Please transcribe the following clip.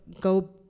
go